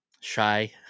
shy